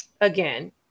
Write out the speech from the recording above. Again